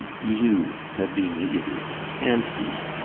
you have been the idiot and he!